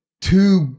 two